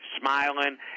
smiling